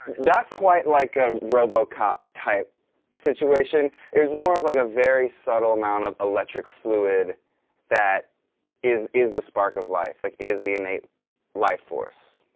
not quite like a robo cop-type situation. it was more of like a very subtle amount of electric fluid that is is the spark of life. like, is the innate lifeforce.